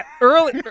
early